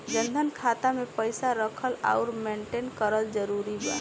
जनधन खाता मे पईसा रखल आउर मेंटेन करल जरूरी बा?